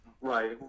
Right